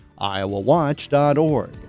iowawatch.org